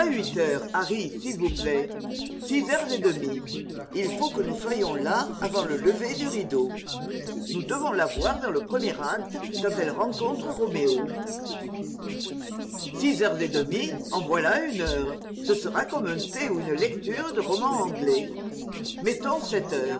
huit heures harry s'il vous plaît six heures et demie il faut que nous soyons là avant le lever du rideau nous devons la voir dans le premier acte quand elle rencontre roméo six heures et demie en voilà une heure ce sera comme un thé ou une lecture de roman anglais mettons sept heures